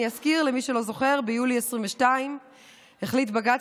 אני רק אזכיר למי שלא זוכר: ביולי 2022 החליט בג"ץ